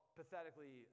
pathetically